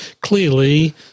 clearly